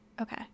Okay